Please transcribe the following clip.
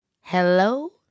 Hello